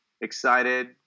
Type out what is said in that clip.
excited